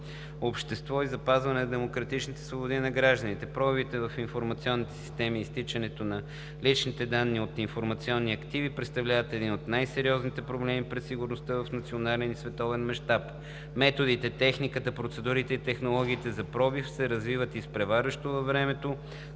обществото и запазването на демократичните свободи на гражданите. Пробивите в информационните системи и изтичането на лични данни от информационни активи представляват един от най сериозните проблеми пред сигурността в национален и в световен мащаб. Методите, техниката, процедурите и технологиите за пробив се развиват изпреварващо във времето,